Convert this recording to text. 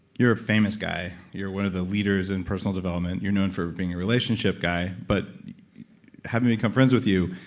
you're a famous guy. you're one of the leaders in personal development. you're known for being a relationship guy, but having become friends with you,